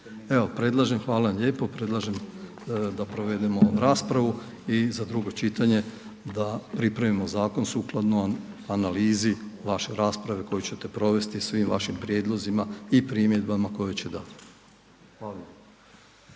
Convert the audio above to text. djelo. Hvala vam lijepo. Predlažem da provedemo raspravu i za drugo čitanje da pripremimo zakon sukladno analizi vaše rasprave koju ćete provesti, svim vašim prijedlozima i primjedbama koje će dati. Hvala